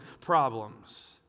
problems